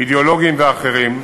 אידיאולוגיים ואחרים,